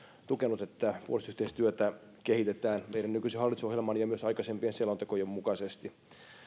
sitä että puolustusyhteistyötä kehitetään meidän nykyisen hallitusohjelman ja myös aikaisempien selontekojen mukaisesti